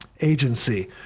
agency